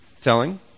telling